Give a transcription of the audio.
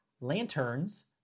Lanterns